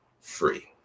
free